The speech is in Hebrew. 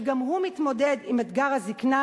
שגם הוא מתמודד עם אתגר הזיקנה,